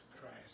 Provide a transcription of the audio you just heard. Christ